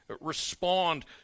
respond